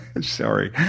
sorry